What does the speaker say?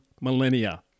millennia